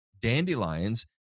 dandelions